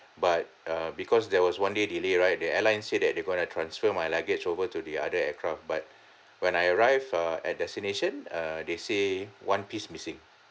but uh because there was one day delay right the airlines said that they going to transfer my luggage over to the other aircraft but when I arrived uh at destination uh they say one piece missing